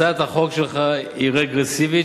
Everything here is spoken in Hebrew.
הצעת החוק שלך היא רגרסיבית,